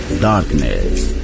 Darkness